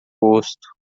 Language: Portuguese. gosto